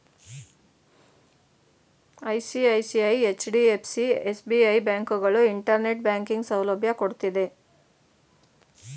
ICICI, HDFC, SBI, ಬ್ಯಾಂಕುಗಳು internet banking ಸೌಲಭ್ಯ ಕೊಡ್ತಿದ್ದೆ